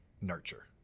nurture